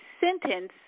sentence